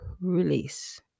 release